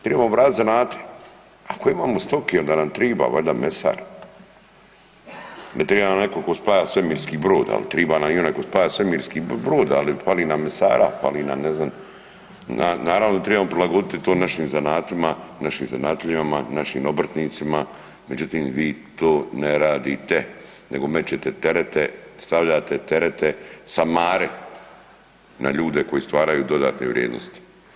Tribamo vratit zanate, ako imamo stoke onda nam triba valjda mesar, ne triba nam neko ko spaja svemirski brod, al triba nam i onaj ko spaja svemirski brod, ali fali nam mesara, fali nam ne znam, naravno da to tribamo prilagoditi to našim zanatima, našim zanatlijama, našim obrtnicima, međutim vi to ne radite nego mećete terete, stavljate terete, samare na ljude koji stvaraju dodatne vrijednosti.